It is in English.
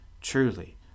Truly